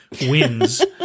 wins